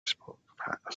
spoke